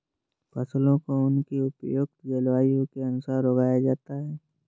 फसलों को उनकी उपयुक्त जलवायु के अनुसार उगाया जाता है